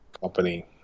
company